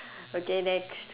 okay next